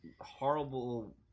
horrible